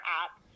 app